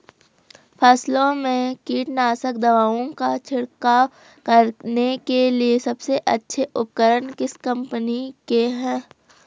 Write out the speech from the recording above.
फसलों में कीटनाशक दवाओं का छिड़काव करने के लिए सबसे अच्छे उपकरण किस कंपनी के हैं?